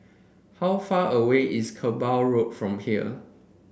how far away is Kerbau Road from here